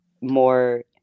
more